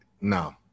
No